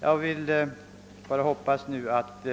Jag hoppas nu att